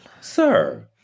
sir